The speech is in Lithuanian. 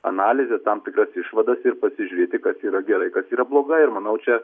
analizes tam tikras išvadas ir pasižiūrėti kas yra gerai kas yra bloga ir manau čia